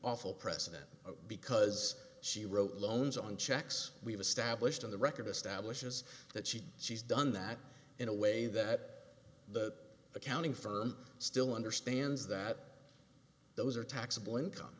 awful president because she wrote loans on checks we've established on the record establishes that she she's done that in a way that the accounting firms still understand that those are taxable income